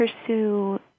pursue